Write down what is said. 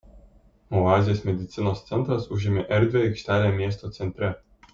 oazės medicinos centras užėmė erdvią aikštelę miesto centre